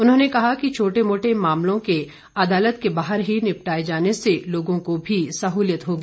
उन्होंने कहा कि छोटे मोटे मामलों के अदालत के बाहर ही निपटाए जाने से लोगों को भी सहुलियत होगी